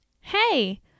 hey